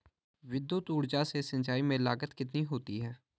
विद्युत ऊर्जा से सिंचाई में लागत कितनी होती है?